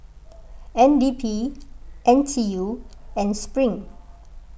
N D P N T U and Spring